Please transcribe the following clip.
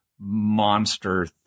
monster